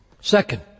Second